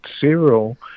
zero